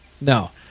No